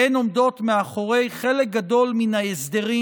והן עומדות מאחורי חלק גדול מן ההסדרים